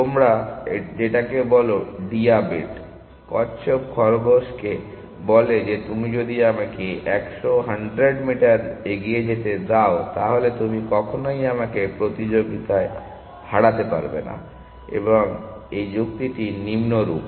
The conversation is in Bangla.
তোমরা যেটাকে বলো ডিয়াবেট কচ্ছপ খরগোশকে বলে যে তুমি যদি আমাকে 100 মিটার এগিয়ে যেতে দাও তাহলে তুমি কখনোই আমাকে প্রতিযোগিতায় হারাতে পারবে না এবং এই যুক্তিটি নিম্নরূপ